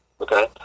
Okay